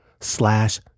slash